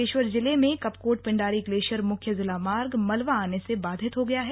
बागे वर जिले में कपकोट पिण्डारी ग्ले गयर मुख्य जिला मार्ग मलवा आने से बाधित हो गया है